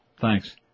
thanks